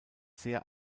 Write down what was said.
sehr